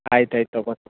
ಆಯ್ತು ಆಯ್ತು ತಗೋತ